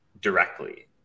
directly